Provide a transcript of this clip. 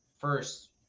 first